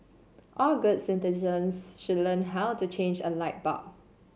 all good citizens should learn how to change a light bulb